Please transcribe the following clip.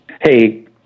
Hey